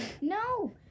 No